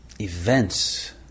events